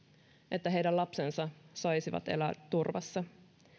että heidän lapsensa saisivat elää turvassa